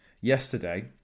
Yesterday